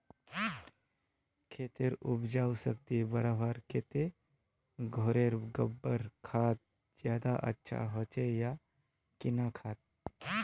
खेतेर उपजाऊ शक्ति बढ़वार केते घोरेर गबर खाद ज्यादा अच्छा होचे या किना खाद?